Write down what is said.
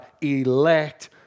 elect